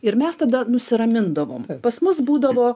ir mes tada nusiramindavom pas mus būdavo